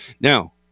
Now